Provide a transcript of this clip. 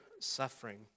suffering